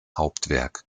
hauptwerk